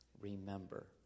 remember